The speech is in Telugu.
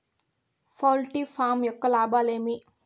పౌల్ట్రీ ఫామ్ యొక్క లాభాలు ఏమి